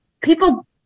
people